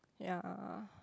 ya